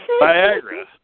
Viagra